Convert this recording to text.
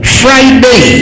friday